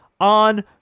on